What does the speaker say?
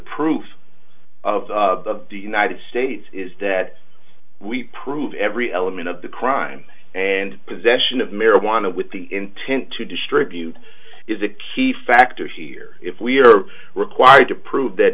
proof of the united states is that we prove every element of the crime and possession of marijuana with the intent to distribute is a key factor here if we are required to prove that